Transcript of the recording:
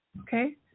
Okay